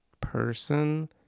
person